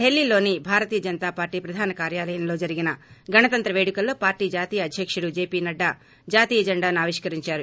ఢిల్లీలోని భారతీయ జనతా పార్లీ ప్రధాన కార్యాలయంలో జరిగిన గణతంత్ర వేడుకల్లో పార్టీ జాతీయ అధ్యకుడు జేపీ నడ్లా జాతీయ జెండాను ఆవిష్కరించారు